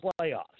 playoffs